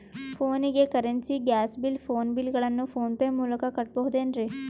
ಫೋನಿಗೆ currency, gas bill, phone bill ಗಳನ್ನು PhonePe ಮೂಲಕ ಕಟ್ಟಬಹುದೇನ್ರಿ?